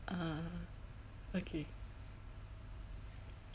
ah okay